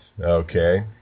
Okay